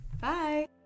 bye